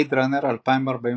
"בלייד ראנר 2049",